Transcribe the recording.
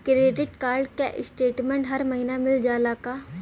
Credit card क statement हर महिना मिल जाला का?